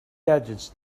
gadgets